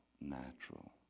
natural